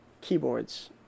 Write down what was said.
keyboards